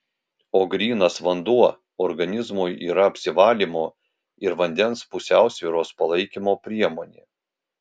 o grynas vanduo organizmui yra apsivalymo ir vandens pusiausvyros palaikymo priemonė